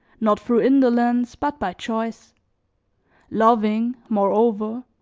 not through indolence but by choice loving, moreover,